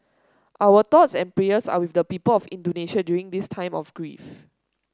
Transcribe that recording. our thoughts and prayers are with the people of Indonesia during this time of grief